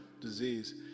disease